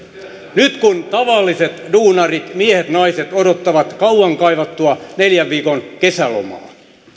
nyt kun tavalliset duunarit miehet naiset odottavat kauan kaivattua neljän viikon kesälomaa